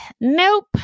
nope